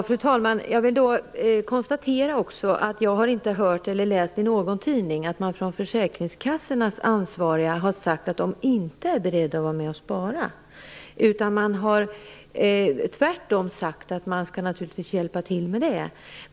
Fru talman! Jag har inte i någon tidning läst att man från de ansvariga för försäkringskassorna har sagt att man inte är beredd att vara med om att spara. Man har tvärtom sagt att man naturligtvis skall hjälpa till med det.